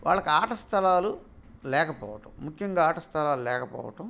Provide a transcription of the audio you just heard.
వాళ్ళకి ఆట స్థలాలు లేకపోవటం ముఖ్యంగా ఆట స్థలాలు లేకపోవటం